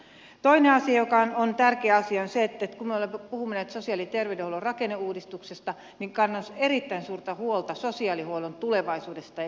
toinen asia joka on tärkeä on se että kun me olemme puhuneet sosiaali ja terveydenhuollon rakenneuudistuksesta niin kannan erittäin suurta huolta sosiaalihuollon tulevaisuudesta ja kehittämisestä